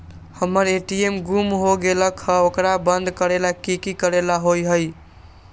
हमर ए.टी.एम गुम हो गेलक ह ओकरा बंद करेला कि कि करेला होई है?